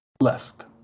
left